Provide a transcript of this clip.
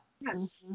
yes